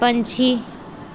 ਪੰਛੀ